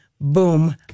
boom